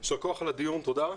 יישר כוח על הדיון, תודה.